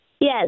Yes